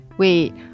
Wait